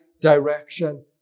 direction